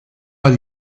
war